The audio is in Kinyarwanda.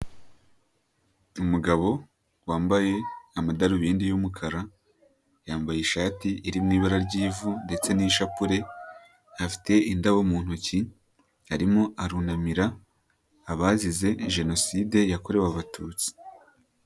Umugabo wambaye amadarubindi y'umukara, yambaye ishati iri mu ibara ry'ivu ndetse n'ishapule, afite indabo mu ntoki, arimo arunamira abazize Jenoside yakorewe Abatutsi.